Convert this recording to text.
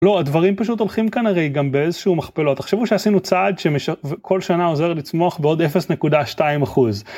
לא הדברים פשוט הולכים כאן הרי גם באיזשהו מכפלות תחשבו שעשינו צעד שכל שנה עוזר לצמוח בעוד 0.2%